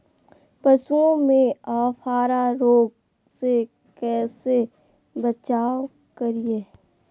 पशुओं में अफारा रोग से कैसे बचाव करिये?